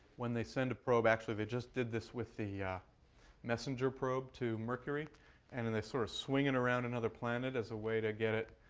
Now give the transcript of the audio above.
when they send a probe actually they just did this with the ah messenger probe to mercury and then they sort of swing it around another planet as a way to get it